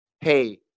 Hey